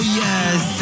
yes